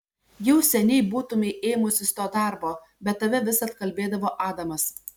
jau seniai būtumei ėmusis to darbo bet tave vis atkalbėdavo adamas